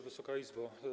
Wysoka Izbo!